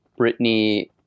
Britney